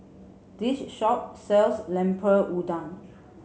this shop sells Lemper Udang